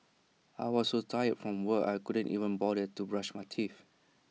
I was so tired from work I couldn't even bother to brush my teeth